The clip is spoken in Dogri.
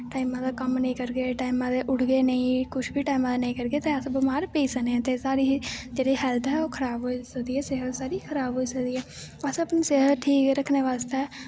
टाईमा दा कम्म नेंई करने टाईमा दे उठगे नेंई कुश बी टाईमां दा नेंई करगे ते अस बमार पेई सकने न साढ़ी जेह्ड़ी हैल्थ ऐ ओह् खराब होई सकदी ऐ सेह्त साढ़ी खराब होई सकदी ऐ असैं अपनी सेह्त ठीक रक्खनै बास्तै